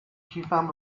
کیفم